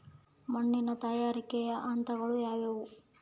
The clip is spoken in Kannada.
ಮಣ್ಣಿನ ತಯಾರಿಕೆಯ ಹಂತಗಳು ಯಾವುವು?